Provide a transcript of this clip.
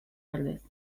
ordez